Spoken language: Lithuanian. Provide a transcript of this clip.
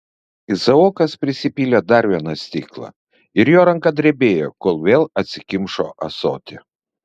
izaokas prisipylė dar vieną stiklą ir jo ranka drebėjo kol vėl atsikimšo ąsotį